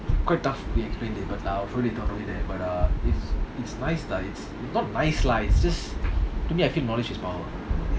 quite tough to explain it but I'll show you later on the way there but uh it's it's nice lah it's not nice lah it's just to me I feel knowledge is power